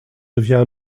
devient